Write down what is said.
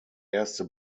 erste